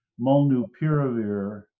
Molnupiravir